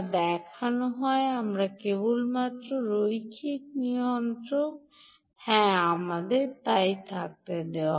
তা আমাকে দেখানো হয় কেবলমাত্র রৈখিক নিয়ন্ত্রক হ্যাঁ আমাকে থাকতে দাও